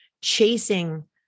chasing